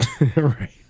Right